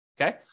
Okay